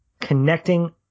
connecting